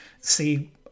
see